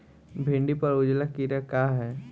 भिंडी पर उजला कीड़ा का है?